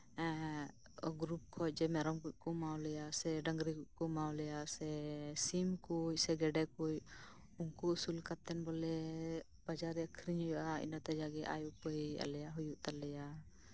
group ᱠᱷᱚᱱ ᱡᱮ ᱢᱮᱨᱚᱢ ᱠᱚᱠᱚ ᱮᱢᱟᱞᱮᱭᱟ ᱥᱮ ᱰᱟᱹᱝᱨᱤ ᱠᱚᱠᱚ ᱮᱢᱟᱞᱮᱭᱟ ᱥᱮ ᱥᱤᱢᱠᱚ ᱥᱮ ᱜᱮᱰᱮᱠᱚ ᱩᱱᱠᱩ ᱟᱹᱥᱩᱞ ᱠᱟᱛᱮᱫ ᱵᱚᱞᱮ ᱵᱟᱡᱟᱨ ᱨᱮ ᱟᱹᱠᱷᱨᱤᱧ ᱦᱳᱭᱳᱜᱼᱟ ᱤᱱᱟᱹᱛᱮ ᱡᱟᱜᱮ ᱟᱭ ᱩᱯᱟᱹᱭ ᱟᱞᱮᱭᱟᱜ ᱦᱳᱭᱳᱜ ᱛᱟᱞᱮᱭᱟ